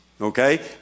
okay